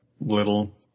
little